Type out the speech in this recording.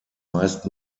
meist